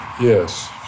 Yes